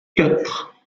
quatre